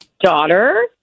daughter